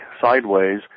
sideways